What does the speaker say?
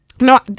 No